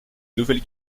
nouvelle